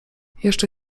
jeszcze